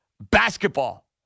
basketball